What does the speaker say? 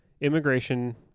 immigration